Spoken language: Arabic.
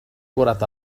كرة